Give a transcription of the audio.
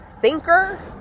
thinker